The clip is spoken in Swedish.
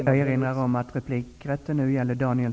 Jag får erinra om att replikrätten gäller Daniel